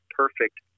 perfect